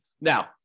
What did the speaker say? Now